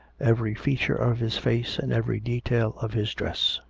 every feature of his face and every detail of his dress.